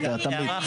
משטרה.